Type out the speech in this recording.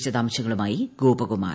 വിശദാംശങ്ങളുമായി ഗോപകുമാർ